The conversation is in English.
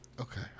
Okay